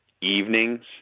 evenings